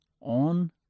on